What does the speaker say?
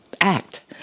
act